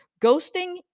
Ghosting